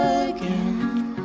again